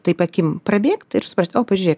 taip akim prabėgt ir suprast o pažiūrėk